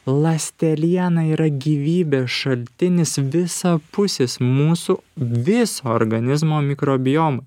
ląsteliena yra gyvybės šaltinis visapusis mūsų viso organizmo mikrobiomai